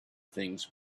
things